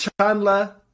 Chandler